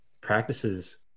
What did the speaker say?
practices